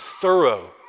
thorough